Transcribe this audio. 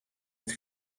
het